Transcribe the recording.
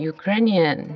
Ukrainian